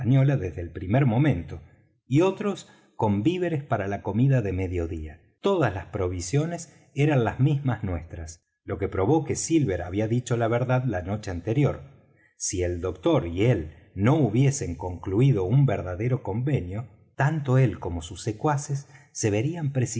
desde el primer momento y otros con víveres para la comida de medio día todas las provisiones eran las mismas nuestras lo que probó que silver había dicho la verdad la noche anterior si el doctor y él no hubiesen concluído un verdadero convenio tanto él como sus secuaces se verían